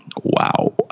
Wow